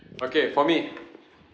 okay for me